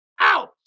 out